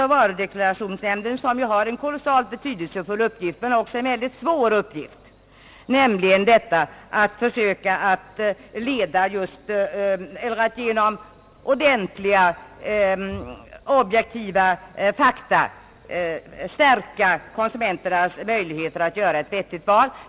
Varudeklarationsnämnden har en synnerligen betydelsefull men samtidigt mycket svår uppgift, nämligen att försöka att genom att meddela objektiva fakta öka konsumenternas möjligheter att göra ett vettigt val.